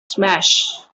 smash